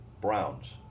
Browns